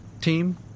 team